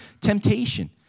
temptation